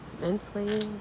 mentally